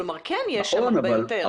כלומר כן יש שם הרבה יותר.